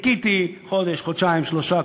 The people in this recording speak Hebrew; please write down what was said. חיכיתי חודש, חודשיים, שלושה.